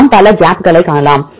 நாம் பல கேப் களை காணலாம்